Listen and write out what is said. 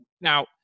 now